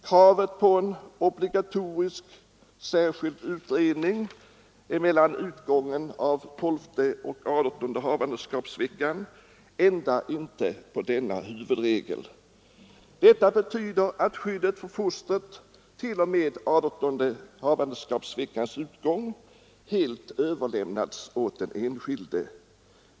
Kravet på obligatorisk särskild utredning mellan utgången av tolfte och adertonde havandeskapsveckan ändrar inte på denna huvudregel. Det betyder att skyddet för fostret t.o.m. adertonde havandeskapsveckans utgång helt överlämnats åt den enskilde.